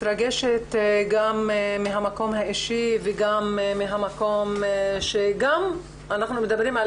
מתרגשת גם מהמקום האישי וגם מהמקום שגם אנחנו מדברים על